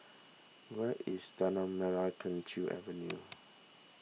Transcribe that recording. where is Tanah Merah Kechil Avenue